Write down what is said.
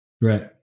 Right